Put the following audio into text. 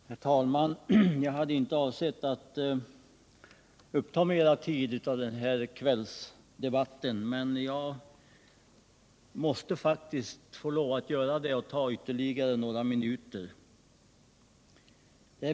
Herr talman! Jag hade inte avsett att ta mera tid av den här kvällsdebatten, men jag måste faktiskt ändå få lov att göra det ytterligare några minuter.